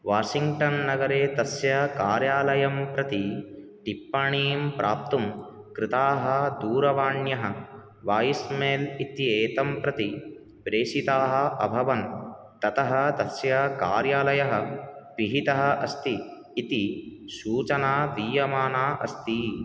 Washington नगरे तस्य कार्यालयं प्रति टिप्पाणीं प्राप्तुं कृताः दूरवाण्यः वैस् मेल् इत्येतं प्रति प्रेषिताः अभवन् ततः तस्य कार्यालयः पिहितः अस्ति इति सूचना दीयमाना अस्ति